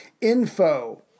info